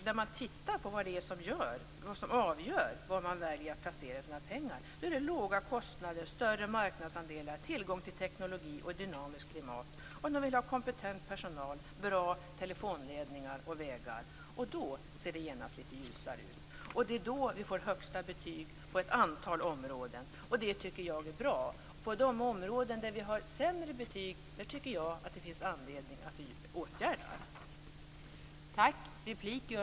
När man tittar på vad det är som avgör var man väljer att placera sina pengar då är det nämligen låga kostnader, större marknadsandelar, tillgång till teknologi, dynamiskt klimat, kompetent personal, bra telefonledningar och vägar. Och då ser det genast lite ljusare ut. Och det är då som vi får högsta betyg på ett antal områden. Det tycker jag är bra. På de områden där vi har sämre betyg, tycker jag att det finns anledning att vidta åtgärder.